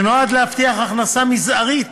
שנועד להבטיח הכנסה מזערית